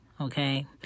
Okay